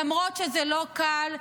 למרות שזה לא קל,